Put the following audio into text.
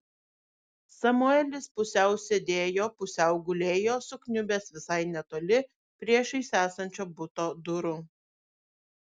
samuelis pusiau sėdėjo pusiau gulėjo sukniubęs visai netoli priešais esančio buto durų